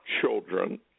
children